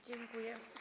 Dziękuję.